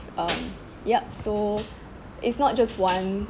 um yup so it's not just one